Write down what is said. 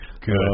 Good